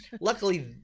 Luckily